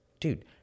Dude